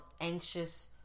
anxious